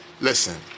listen